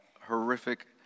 horrific